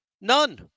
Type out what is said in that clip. None